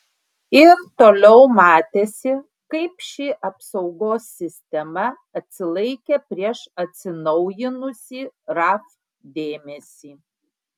ir toliau matėsi kaip ši apsaugos sistema atsilaikė prieš atsinaujinusį raf dėmesį